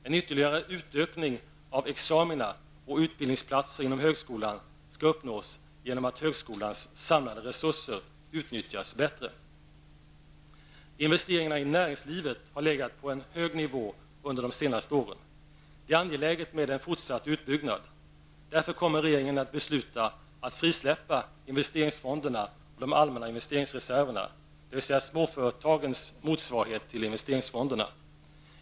En ytterligare utökning av examina och utbildningsplatser inom högskolan skall uppnås genom att högskolans samlade resurser utnyttjas bättre. Investeringarna i näringslivet har legat på en hög nivå under de senaste åren. Det är angeläget med en fortsatt utbyggnad. Därför kommer regeringen att besluta att frisläppa investeringsfonderna och de allmänna investeringsreserverna, dvs. småföretagens motsvarighet till investeringsfonderna.